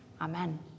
Amen